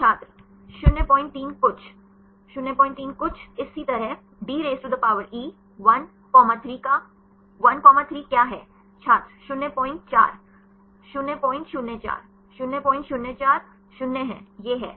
छात्र 03 कुछ 03 कुछ इसी तरहDE 13 का 13 क्या है छात्र 04 004 004 0 है ये है